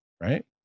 right